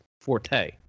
forte